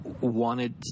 wanted